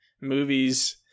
movies